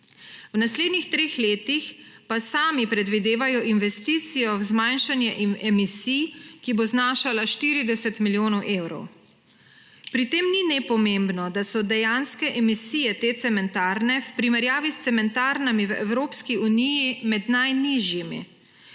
V naslednjih treh letih pa sami predvidevajo investicijo v zmanjšanje emisij, ki bo znašala 40 milijonov evrov. Pri tem ni nepomembno, da so dejanske emisije te cementarne v primerjavi s cementarnami v Evropski uniji med najnižjimi.